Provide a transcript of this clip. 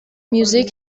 music